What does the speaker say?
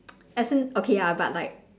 as in okay ya but like